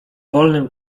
wolnym